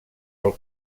pel